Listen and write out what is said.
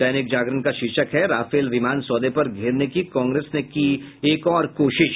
दैनिक जागरण का शीर्षक है राफेल विमान सौदे पर घेरने की कांग्रेस ने की एक और कोशिश